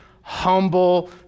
humble